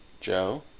joe